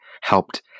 helped